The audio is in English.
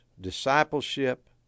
discipleship